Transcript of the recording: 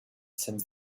sends